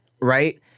right